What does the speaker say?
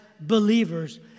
believers